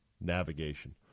navigation